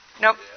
Nope